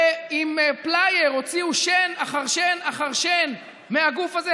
ועם פלייר הוציאו שן אחר שן אחר שן מהגוף הזה,